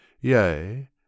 yea